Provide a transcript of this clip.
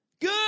Good